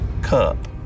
cup